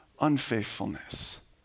unfaithfulness